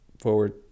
forward